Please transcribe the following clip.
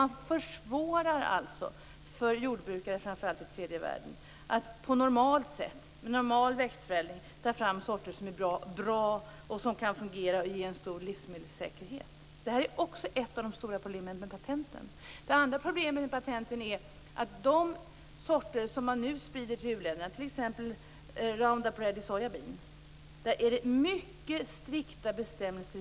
Man försvårar alltså för jordbrukare, framför allt i tredje världen, att på normalt sätt och med normal växtförädling ta fram sorter som är bra och som kan fungera med en stor livsmedelssäkerhet. Detta är också ett av de stora problemen med patenten. Det andra problemet med patenten är att för de sorter som nu sprids till u-länderna, t.ex. Round Upready soya bean, finns mycket strikta användningsbestämmelser.